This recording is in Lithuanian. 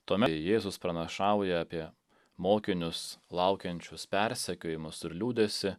tome jėzus pranašauja apie mokinius laukiančius persekiojimus ir liūdesį